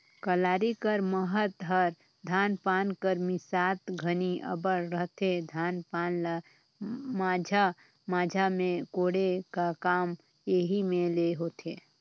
कलारी कर महत हर धान पान कर मिसात घनी अब्बड़ रहथे, धान पान ल माझा माझा मे कोड़े का काम एही मे ले होथे